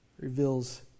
reveals